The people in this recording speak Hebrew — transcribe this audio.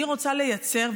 אני רוצה לייצר,